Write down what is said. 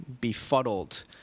befuddled